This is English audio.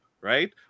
Right